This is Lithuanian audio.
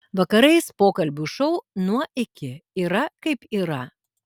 vakarais pokalbių šou nuo iki yra kaip yra